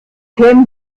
kämen